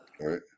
right